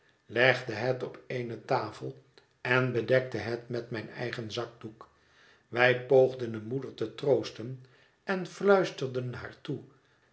legde het op eene tafel en bedekte het met mijn eigen zakdoek wij poogden de moeder te troosten en fluisterden haar